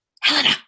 Helena